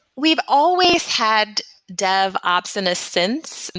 we've always had devops in a sense. and